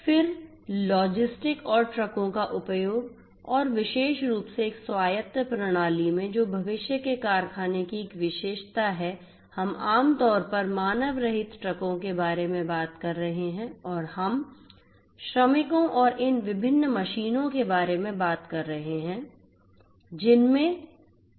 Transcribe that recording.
फिर लॉजिस्टिक और ट्रकों का उपयोग और विशेष रूप से एक स्वायत्त प्रणाली में जो भविष्य के कारखाने की एक विशेषता है हम आम तौर पर मानव रहित ट्रकों के बारे में बात कर रहे हैं और हम श्रमिकों और इन विभिन्न मशीनों के बारे में बात कर रहे हैं जिनमें वेब्रेल्स हैं